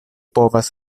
povas